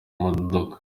modoka